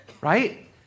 right